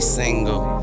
single